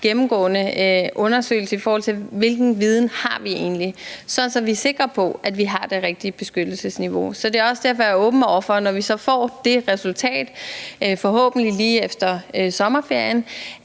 gennemgående undersøgelse, i forhold til hvilken viden vi egentlig har, sådan at vi er sikre på, at vi har det rigtige beskyttelsesniveau. Det er også derfor, jeg er åben over for, at vi, når vi så får det resultat forhåbentlig lige efter sommerferien,